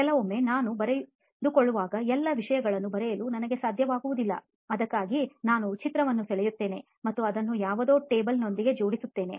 ಕೆಲವೊಮ್ಮೆ ನಾನು ಬರೆದುಕೊಳ್ಳುವಾಗ ಎಲ್ಲ ವಿಷಯಗಳನ್ನು ಬರೆಯಲು ನನಗೆ ಸಮಯವಿರುವುದಿಲ್ಲ ಅದಕ್ಕಾಗಿ ನಾನು ಚಿತ್ರವನ್ನು ಸೆಳೆಯುತ್ತೇನೆ ಮತ್ತು ಅದನ್ನು ಯಾವುದೋ table ನೊಂದಿಗೆ ಜೋಡಿಸುತ್ತೇನೆ